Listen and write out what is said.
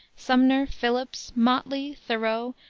sumner, phillips, motley, thoreau,